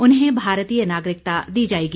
उन्हें भारतीय नागरिकता दी जाएगी